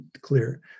clear